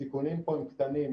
הסיכונים פה הם קטנים.